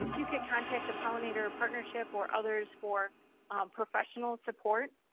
you could contact the pollinator partnership or others for professional support.